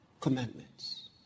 commandments